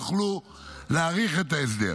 יוכל להאריך את ההסדר,